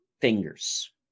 fingers